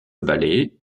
ballet